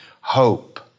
hope